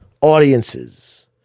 audiences